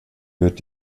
wird